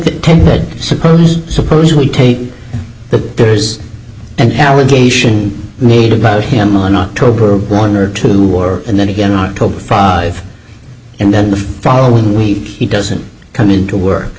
take that ted supposed suppose we take the there's an allegation made about him on october one or two war and then again on top of five and then the following week he doesn't come into work